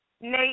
Nate